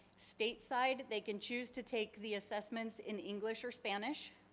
state side they can choose to take the assessments in english or spanish.